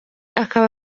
akaba